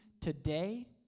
today